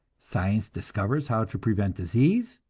science discovers how to prevent disease,